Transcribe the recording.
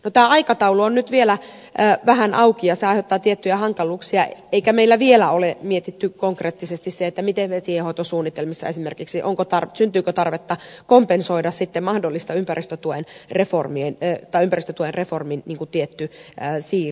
tämä aikataulu on nyt vielä vähän auki ja se aiheuttaa tiettyjä hankaluuksia eikä meillä vielä ole mietitty konkreettisesti sitä syntyykö vesienhoitosuunnitelmissa esimerkiksi tarvetta kompensoida sitten mahdollinen ympäristötuen reformin tietty siirtymä